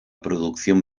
producción